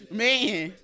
man